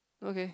okay